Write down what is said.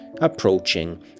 approaching